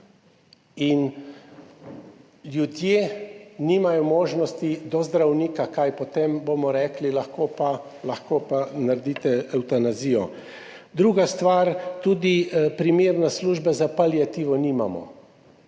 in ljudje nimajo možnosti do zdravnika. Kaj potem? Bomo rekli, lahko pa, lahko pa naredite evtanazijo. Druga stvar, tudi primerne službe za paliativo nimamo,